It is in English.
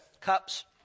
cups